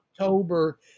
October